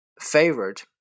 favored